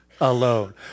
alone